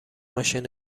ماشین